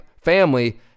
family